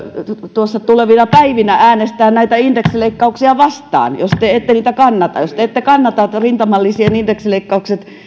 tulevina päivinä äänestää näitä indeksileikkauksia vastaan jos te ette niitä kannata jos te ette kannata sitä että rintamalisien indeksileikkaukset